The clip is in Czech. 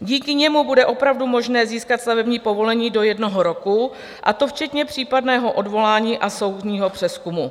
Díky němu bude opravdu možné získat stavební povolení do jednoho roku, a to včetně případného odvolání a soudního přezkumu.